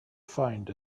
find